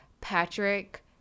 patrick